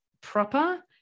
proper